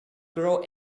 grow